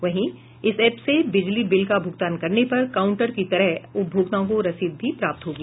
वहीं इस एप से बिजली बिल का भूगतान करने पर काउन्टर की तरह उपभोक्ताओं को रसीद भी प्राप्त होगी